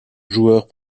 joueurs